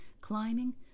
climbing